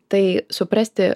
tai suprasti